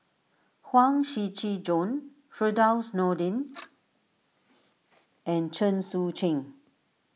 Huang Shiqi Joan Firdaus Nordin and Chen Sucheng